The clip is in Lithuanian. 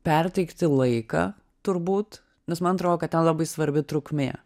perteikti laiką turbūt nes man atrodo kad ten labai svarbi trukmė